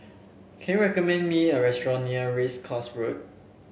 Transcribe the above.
can you recommend me a restaurant near Race Course Road